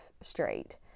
straight